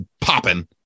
popping